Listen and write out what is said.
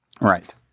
Right